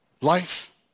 life